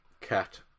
Cat